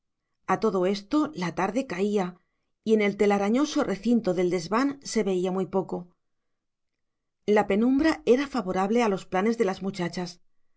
a todo esto la tarde caía y en el telarañoso recinto del desván se veía muy poco la penumbra era favorable a los planes de las muchachas